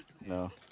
No